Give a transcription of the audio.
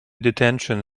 detention